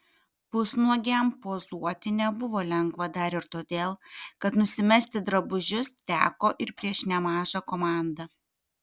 pusnuogiam pozuoti nebuvo lengva dar ir todėl kad nusimesti drabužius teko ir prieš nemažą komandą